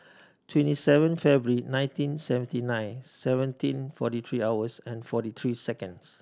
twenty seven February nineteen seventy nine seventeen forty three hours and forty three seconds